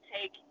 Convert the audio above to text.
take